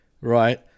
right